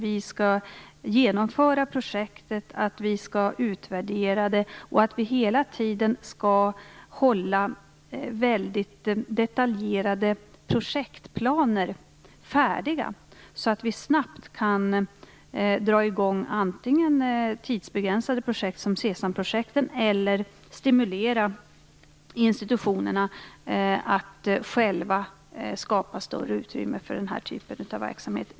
Vi skall genomföra projektet, utvärdera det och hela tiden hålla väldigt detaljerade projektplaner färdiga så att vi antingen snabbt kan dra i gång tidsbegränsade projekt som SESAM-projektet eller stimulera institutionerna att själva skapa större utrymme för den här typen av verksamhet.